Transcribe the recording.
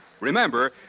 Remember